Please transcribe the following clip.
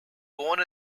born